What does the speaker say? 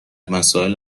مسائل